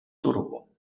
turbo